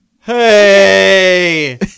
hey